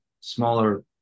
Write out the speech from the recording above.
smaller